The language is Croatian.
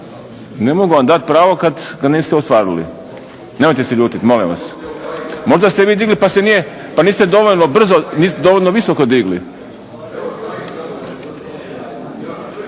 Ne mogu vam dati pravo kad ga niste ostvarili. Nemojte se ljutit molim vas. Možda ste vi digli pa niste dovoljno brzo, niste